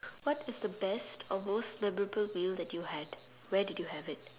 what is the best or most memorable meal that you had where did you have it